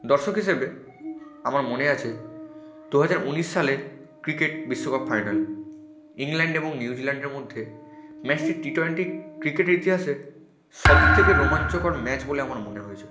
দর্শক হিসেবে আমার মনে আছে দুহাজার উনিশ সালে ক্রিকেট বিশ্বকাপ ফাইনাল ইংল্যান্ড এবং নিউজিল্যান্ডের মধ্যে ম্যাচটি টি টোয়েন্টি ক্রিকেটের ইতিহাসে সবথেকে রোমাঞ্চকর ম্যাচ বলে আমার মনে হয়েছে